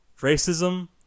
Racism